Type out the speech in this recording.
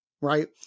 Right